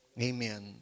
Amen